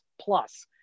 plus